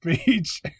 speech